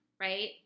right